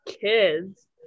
kids